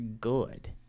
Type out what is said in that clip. good